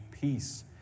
peace